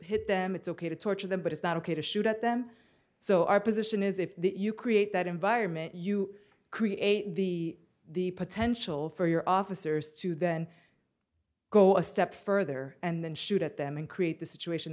hit them it's ok to torture them but it's not ok to shoot at them so our position is if you create that environment you create the the potential for your officers to then go a step further and then shoot at them and create the situation